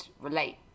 relate